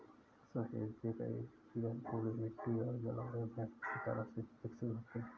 सहेजे गए बीज अनुकूलित मिट्टी और जलवायु में अच्छी तरह से विकसित होते हैं